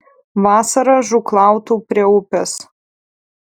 vasarą žūklautų prie upės